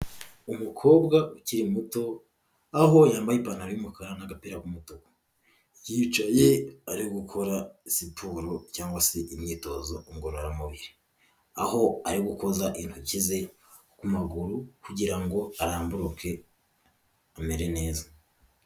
Umukobwa ukiri muto aho yambaye ipantaro y'umukara n'agapira k'umutuku, yicaye ari gukora siporo cyangwa se imyitozo ngororamubiri, aho ari gukoza intoki ze kumaguru kugira ngo arambuke amere neza.